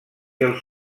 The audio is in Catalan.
els